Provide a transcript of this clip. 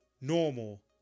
normal